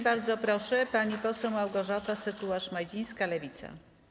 Bardzo proszę, pani poseł Małgorzata Sekuła-Szmajdzińska, Lewica.